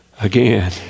again